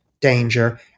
danger